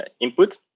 input